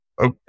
Okay